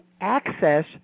access